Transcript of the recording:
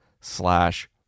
slash